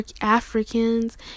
africans